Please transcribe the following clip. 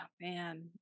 man